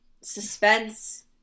suspense